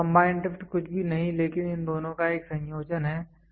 तो combined drift कुछ भी नहीं है लेकिन इन दोनों का एक संयोजन है